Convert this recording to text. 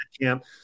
camp